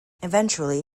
eventually